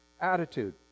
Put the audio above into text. attitude